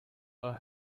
are